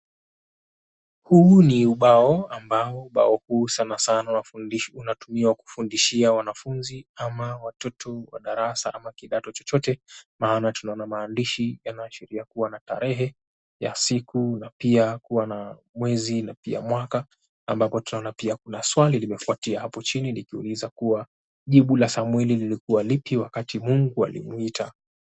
Huu ni ubao ambao bao kuu sana sana unafundishwa unatumia kufundishia wanafunzi ama watoto wa darasa ama kidato chochote maana tunaona maandishi yanaashiria kuwa na tarehe ya siku na pia kuwa na mwezi na pia mwaka ambapo tunaona pia kuna swali limefuatia hapo chini nikiuliza kuwa jibu la Samueli lilikuwa lipi wakati Mungu alimuita.